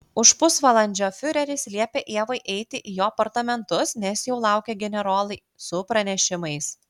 už pusvalandžio fiureris liepė ievai eiti į jo apartamentus nes jau laukė generolai su pranešimais